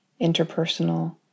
interpersonal